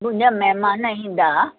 मुंहिंजा महिमान ईंदा